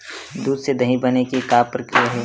दूध से दही बने के का प्रक्रिया हे?